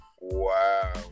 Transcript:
Wow